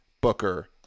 Booker